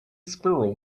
squirrel